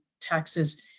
taxes